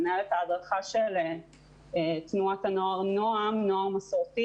מנהלת ההדרכה של תנועת הנוער נוע"ם - נוער מסורתי,